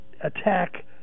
attack